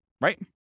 Right